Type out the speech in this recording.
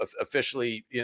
officially